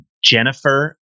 Jennifer